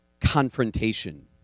confrontation